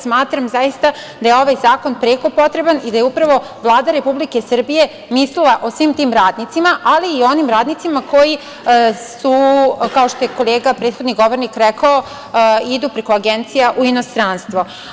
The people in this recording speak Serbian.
Smatram, zaista da je ovaj zakon preko potreban i da je, upravo Vlada Republike Srbije mislila o svim tim radnicima, ali i onim radnicima koji su, kao što je kolega prethodni govornik rekao, idu preko agencija u inostranstvo.